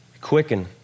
quicken